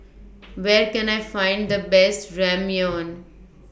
Where Can I Find The Best Ramyeon